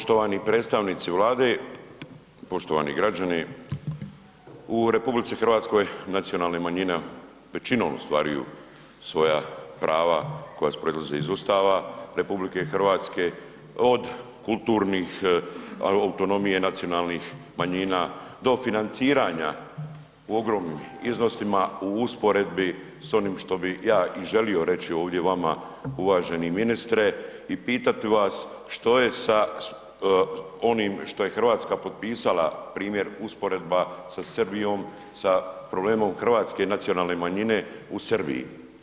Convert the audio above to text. Poštovani predstavnici Vlade, poštovani građani, u RH nacionalne manjine većinom ostvaruju svoja prava koja proizlaze iz Ustava RH od kulturnih, autonomije nacionalnih manjina, do financiranja u ogromnim iznosima u usporedbi s onim što bih ja i želio reći ovdje vama, uvaženi ministre i pitati vas što je sa onim što je Hrvatska potpisala primjer usporedba sa Srbijom, sa problemom hrvatske nacionalne manjine u Srbiji.